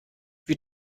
wir